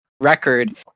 record